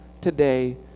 today